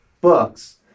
books